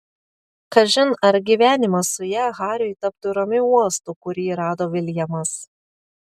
kažin ar gyvenimas su ja hariui taptų ramiu uostu kurį rado viljamas